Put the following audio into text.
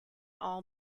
all